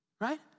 Right